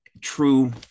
true